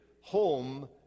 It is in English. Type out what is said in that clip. home